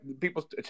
people